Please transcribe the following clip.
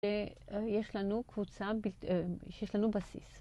יש לנו קבוצה, יש לנו בסיס.